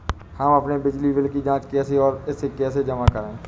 हम अपने बिजली बिल की जाँच कैसे और इसे कैसे जमा करें?